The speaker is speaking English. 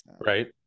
Right